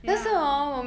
ya